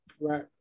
right